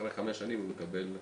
אחרי חמש שנים הוא מקבל אזרחות.